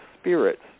spirits